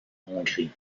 hongrie